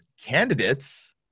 candidates